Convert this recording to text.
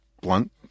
blunt